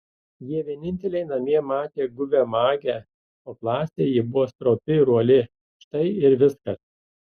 jie vieninteliai namie matė guvią magę o klasėje ji buvo stropi ir uoli štai ir viskas